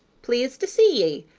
pleased to see ye,